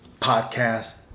podcast